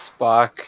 Spock